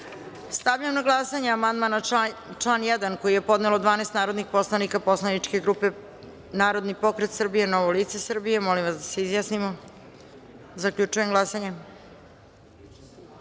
na glasanje amandman na član 1. koji je podnelo 12 narodnih poslanika poslaničke grupe Narodni pokret Srbije – Novo lice Srbije. Molim vas da se izjasnimo. Zaključujem glasanje